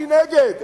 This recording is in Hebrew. אני נגד,